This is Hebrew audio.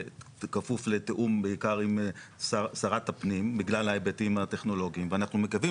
בכפוף לתאום בעיקר עם שרת הפנים בגלל ההיבטים הטכנולוגיים ואנחנו מקווים